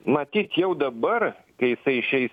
matyt jau dabar kai jisai išeis